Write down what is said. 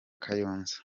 kayonza